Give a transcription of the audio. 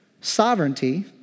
sovereignty